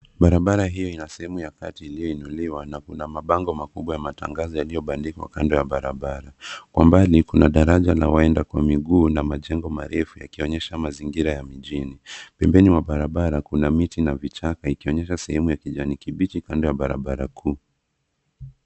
Barabara hiyo ina sehemu ya kati yenye mabango makubwa ya matangazo yaliyowekwa kando ya barabara. Kumbali, kuna daraja la waenda kwa miguu na majengo marefu yanayoonyesha mazingira ya mjini. Pembeni mwa barabara, kuna miti na vichaka vinavyoonyesha sehemu ya kijani kibichi kando ya barabara hiyo.